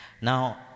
now